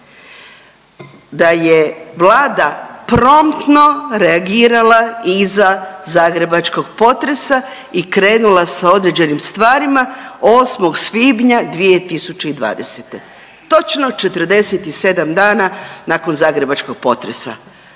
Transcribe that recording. da je Vlada promptno reagirala iza zagrebačkog potresa i krenula sa određenim stvarima 8. svibnja 2020. točno 47 dana nakon zagrebačkog potresa.